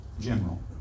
general